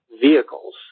vehicles